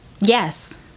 Yes